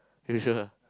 you sure